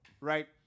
right